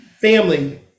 family